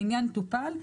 העניין טופל.